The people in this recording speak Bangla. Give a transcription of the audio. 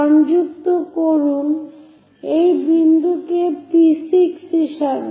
সংযুক্ত করুন এই বিন্দুকে P6' হিসেবে